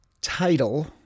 title